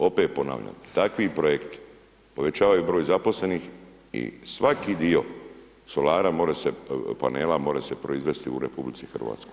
Opet ponavljam, takvi projekti povećavaju broj zaposlenih i svaki dio solara more se, panela more se proizvesti u RH.